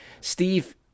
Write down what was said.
Steve